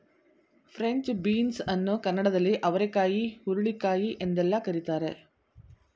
French beans ಅನ್ನು ಕನ್ನಡದಲ್ಲಿ ಅವರೆಕಾಯಿ ಹುರುಳಿಕಾಯಿ ಎಂದೆಲ್ಲ ಕರಿತಾರೆ